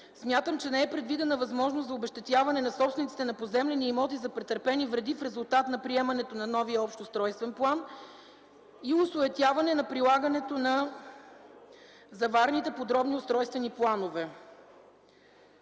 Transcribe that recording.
не е предвидена възможност за обезщетяване на собствениците на поземлени имоти за претърпени вреди в резултат на приемането на новия общ устройствен план и осуетяване прилагането на заварените подробни устройствени планове.